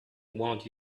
want